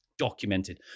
documented